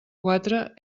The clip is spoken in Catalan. quatre